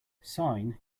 sine